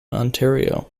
ontario